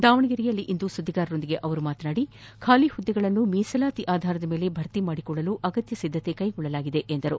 ದಾವಣಗೆರೆಯಲ್ಲಿಂದು ಸುದ್ದಿಗಾರರೊಂದಿಗೆ ಮಾತನಾಡಿದ ಅವರು ಖಾಲಿ ಹುದ್ದೆಗಳನ್ನು ಮೀಸಲಾತಿ ಆಧಾರದ ಮೇಲೆ ಭರ್ತಿ ಮಾಡಿಕೊಳ್ಳಲು ಅಗತ್ಯ ಸಿದ್ದತೆ ಕೈಗೊಳ್ಳಲಾಗಿದೆ ಎಂದು ತಿಳಿಸಿದರು